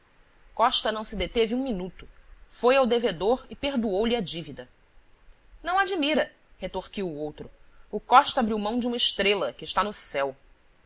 costa não se deteve um minuto foi ao devedor e perdoou-lhe a divida não admira retorquiu o outro o costa abriu mão de uma estrela que está no céu